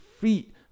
feet